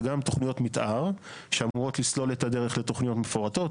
זה גם תוכניות מתאר שאמורות לסלול את הדרך לתוכניות מפורטות.